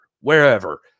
wherever